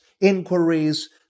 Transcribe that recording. inquiries